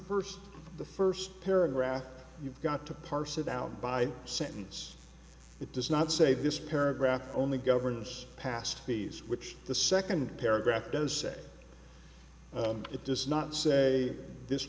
first the first paragraph you've got to parse it out by sentence it does not say this paragraph only governors passed these which the second paragraph does say it does not say this